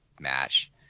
match